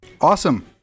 Awesome